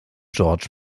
george